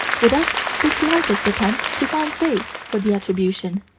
without the slightest attempt to find base for the attribution.